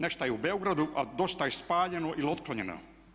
Nešto je u Beogradu, a dosta je spaljeno ili otklonjeno.